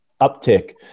uptick